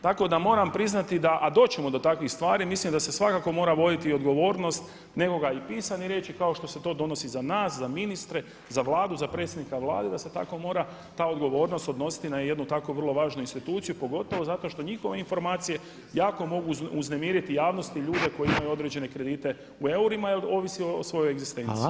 Tako da moramo priznati, a doći ćemo do takvih stvari, mislim da se svakako mora voditi odgovornost nekoga i pisano i reći kao što se to donosi za nas, za ministre, za Vladu, za predsjednika Vlade da se tako mora ta odgovornost odnositi na jednu takvo vrlo važnu instituciju pogotovo zato što njihove informacije jako mogu uznemiriti javnost, ljude koji imaju određene kredite u eurima jel ovisi o svojoj egzistenciji.